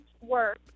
work